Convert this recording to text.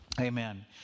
Amen